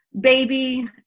baby